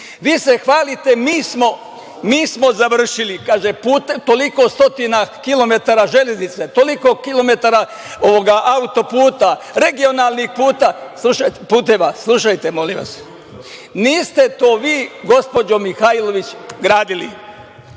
i kažete - mi smo završili puteve, toliko stotina kilometara železnice, toliko kilometara auto-puta, regionalnih puteva. Slušajte, molim vas, niste to vi, gospođo Mihajlović, gradili,